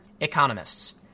Economists